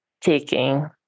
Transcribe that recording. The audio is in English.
taking